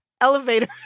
elevator